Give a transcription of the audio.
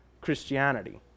Christianity